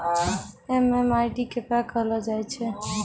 MMID केकरा कहलो जाय छै